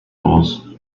pools